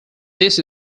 this